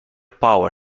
power